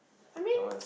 I mean